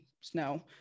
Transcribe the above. snow